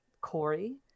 Corey